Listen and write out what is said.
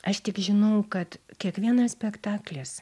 aš tik žinau kad kiekvienas spektaklis